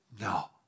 No